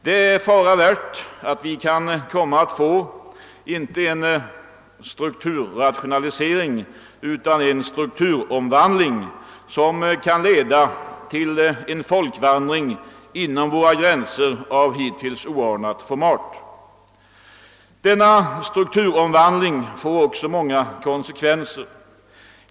Det är fara värt att vi kan komma att få, inte en strukturrationalisering, utan en strukturomvandling, som kan leda till en folkvandring inom våra gränser av hittills oanat format. Denna strukturomvandling får många konsekvenser.